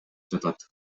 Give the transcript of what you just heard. жатат